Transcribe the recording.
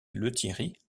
lethierry